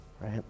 right